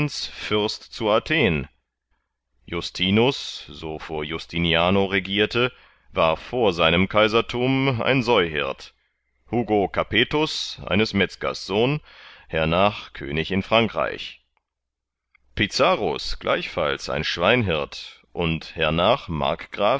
fürst zu athen justinus so vor justiniano regierte war vor seinem kaisertum ein säuhirt hugo capetus eines metzgers sohn hernach könig in frankreich pizarus gleichfalls ein schweinhirt und hernach